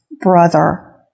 brother